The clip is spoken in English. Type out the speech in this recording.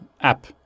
app